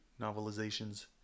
novelizations